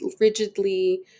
rigidly